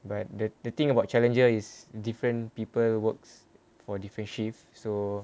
but the the thing about challenger is different people works for different shift so